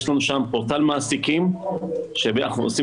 יש לנו שם פורטל מעסיקים שאנחנו עושים